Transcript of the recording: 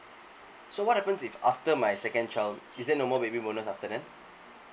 so what happens if after my second child is there no more baby bonus after that